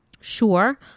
sure